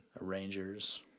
Arrangers